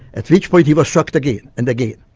at which point he was shocked again and again.